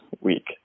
week